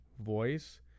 voice